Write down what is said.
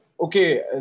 okay